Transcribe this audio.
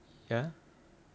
ya